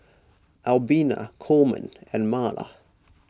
Albina Coleman and Marla